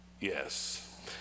yes